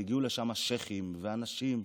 והגיעו לשם שייח'ים ואנשים,